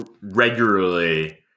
regularly